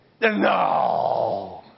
No